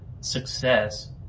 success